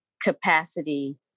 capacity